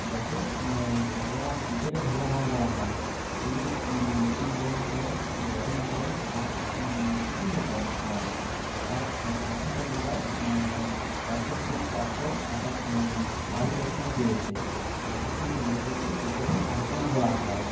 যাকে ভগবান ক্রিকেটের ভগবান বলা হয় তিনি স্পিন বোলিং করেন ব্যাটিং করেন আর কিপিংও করেন সময়মতো তাই সচিন তেন্ডুলকার রাষ্ট্রপ্রতিপ্রাপ্ত অর্থাৎ ওই ভারতরত্ন পেয়েছে সচিন তেন্ডুলকারকে ক্রিকেটের আইকন বলা হয়